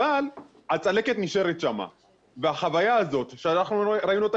אבל הצלקת נשארת שם והחוויה הזאת וראינו אותה